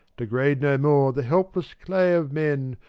degrade no more the helpless clay of men,